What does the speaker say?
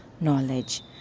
knowledge